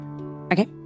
Okay